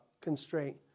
constraint